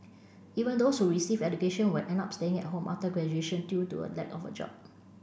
even those who received education would end up staying at home after graduation due to the lack of a job